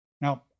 Now